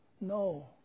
No